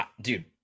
dude